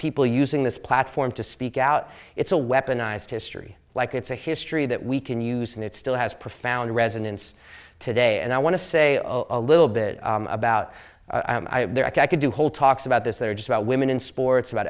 people using this platform to speak out it's a weaponized history like it's a history that we can use and it still has profound resonance today and i want to say a little bit about there i could do whole talks about this that are just about women in sports